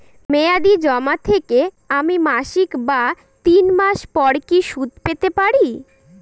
মেয়াদী জমা থেকে আমি মাসিক বা তিন মাস পর কি সুদ পেতে পারি?